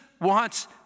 wants